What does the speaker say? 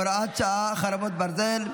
הוראת שעה, חרבות ברזל)